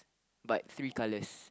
but three colours